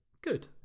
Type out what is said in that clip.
good